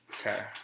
Okay